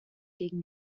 gegen